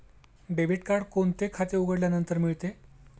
Debit card कोणते खाते उघडल्यानंतर मिळते?